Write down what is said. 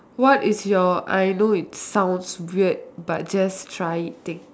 what is your I know it's sounds weird but just try it think